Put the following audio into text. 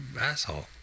asshole